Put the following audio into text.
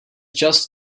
just